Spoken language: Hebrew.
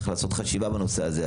צריך לעשות חשיבה בנושא הזה.